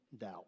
doubt